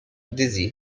dizzy